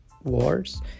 wars